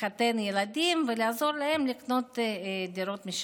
לחתן ילדים ולעזור להם לקנות דירות משלהם.